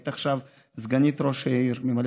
היית עכשיו סגנית ראש העיר,